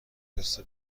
تست